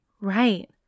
Right